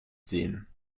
sehen